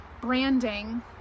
branding